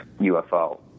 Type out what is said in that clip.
UFO –